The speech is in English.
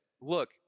look